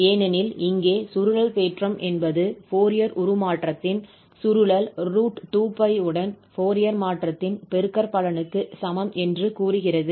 ஏனெனில் இங்கே சுருளல் தேற்றம் என்பது ஃபோரியர் உருமாற்றத்தின் சுருளல் √2𝜋 உடன் ஃபோரியர் மாற்றத்தின் பெருகற்பலனுக்கு சமம் என்று கூறுகிறது